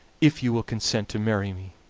if you will consent to marry me.